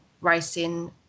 racing